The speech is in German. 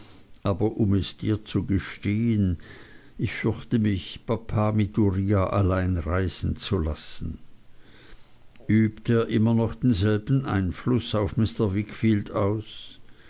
aber um es dir nur zu gestehen ich fürchte mich papa mit uriah allein reisen zu lassen übt er immer noch denselben einfluß auf mr wickfield aus